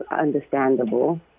understandable